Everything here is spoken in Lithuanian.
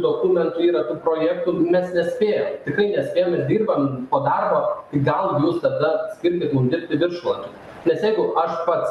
dokumentų yra tų projektų mes nespėjam tikrai nespėjam ir dirbam o darbo gal jūs tada skirkit mum dirbti viršvalandžius nes jeigu aš pats